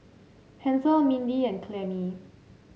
Hansel Mindy and Clemmie